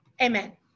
Amen